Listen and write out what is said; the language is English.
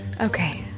Okay